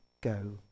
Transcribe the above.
go